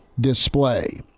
display